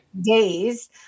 days